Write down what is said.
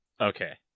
Okay